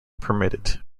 permitted